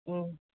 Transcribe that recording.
ꯎꯝ